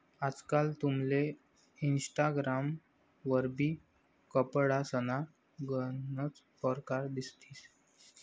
आजकाल तुमले इनस्टाग्राम वरबी कपडासना गनच परकार दिसतीन